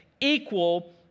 equal